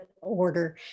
order